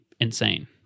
insane